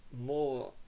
more